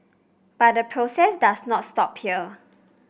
but the process does not stop here